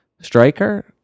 striker